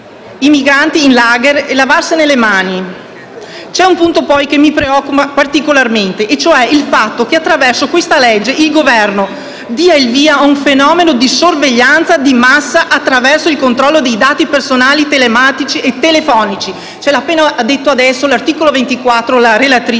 i migranti in *lager* e lavarsene le mani. C'è un punto, poi, che mi preoccupa particolarmente, e cioè il fatto che attraverso questo disegno di legge il Governo dia il via a un fenomeno di sorveglianza di massa attraverso il controllo dei dati personali telematici e telefonici (una previsione dell'articolo 24, come